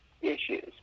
issues